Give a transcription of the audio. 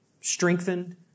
strengthened